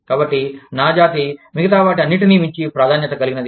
కాబట్టి నా జాతి మిగతా వాటి అన్నిటినీ మించి ప్రాధాన్యత కలిగినది